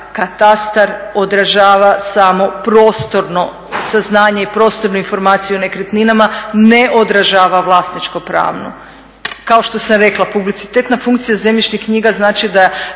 katastar odražava samo prostorno saznanje i prostornu informaciju o nekretninama, ne odražava vlasničko pravnu. Kao što sam rekla publicitetna funkcija zemljišnih knjiga znači da je